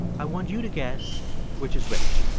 i want you to guess which is which